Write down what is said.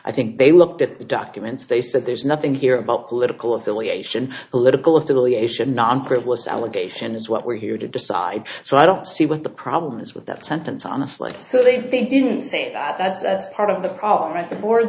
i think they looked at the documents they said there's nothing here about political affiliation political affiliation non frivolous allegation is what we're here to decide so i don't see what the problem is with that sentence honestly certainly they didn't say that part of the problem at the board